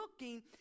looking